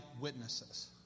witnesses